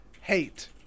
hate